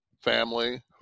family